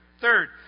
Third